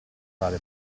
fare